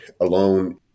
alone